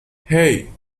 hey